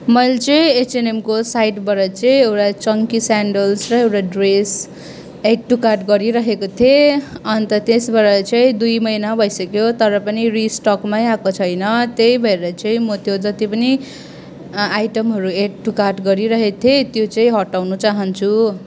मैले चाहिँ एचएनएमको साइटबाट चाहिँ एउटा चङ्की स्यान्डल्स र एउटा ड्रेस एड टु कार्ट गरि राखेको थिएँ अन्त त्यसबाट चाहिँ दुई महिना भइसक्यो तर पनि रिस्टकमै आएको छैन त्यही भएर चाहिँ म त्यो जति पनि आइटमहरू एड टु कार्ट गरिराखेको थिएँ त्यो चाहिँ हटाउनु चाहन्छु